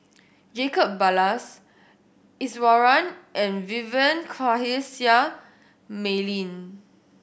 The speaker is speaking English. Jacob Ballas Iswaran and Vivien Quahe Seah Mei Lin